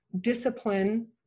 discipline